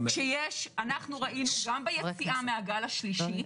אנחנו ראינו, גם ביציאה מהגל השלישי,